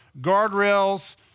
guardrails